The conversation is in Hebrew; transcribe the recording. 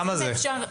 כמה זה?